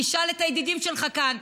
תשאל את הידידים שלך כאן,